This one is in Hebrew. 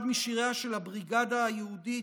אחד משיריה של הבריגדה היהודית,